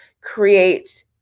create